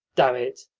damn it,